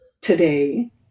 today